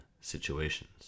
situations